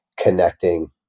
connecting